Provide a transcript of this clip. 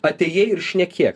atėjai ir šnekė